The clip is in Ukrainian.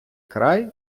край